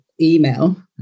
email